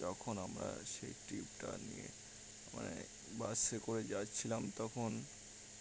যখন আমরা সেই ট্রিপ টা নিয়ে মানে বাসে করে যাচ্ছিলাম তখন